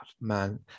man